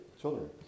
children